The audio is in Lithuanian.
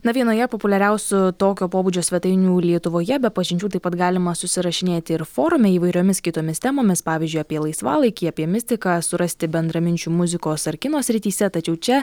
na vienoje populiariausių tokio pobūdžio svetainių lietuvoje be pažinčių taip pat galima susirašinėti ir forume įvairiomis kitomis temomis pavyzdžiui apie laisvalaikį apie mistiką surasti bendraminčių muzikos ar kino srityse tačiau čia